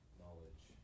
knowledge